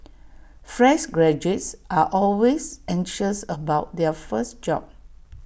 fresh graduates are always anxious about their first job